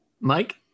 mike